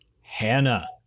Hannah